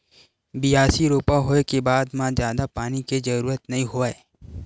बियासी, रोपा होए के बाद म जादा पानी के जरूरत नइ होवय